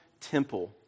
temple